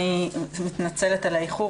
אני מתנצלת על האיחור,